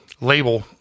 Label